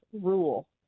rule